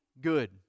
good